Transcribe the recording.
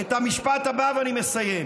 את המשפט הבא, ואני מסיים: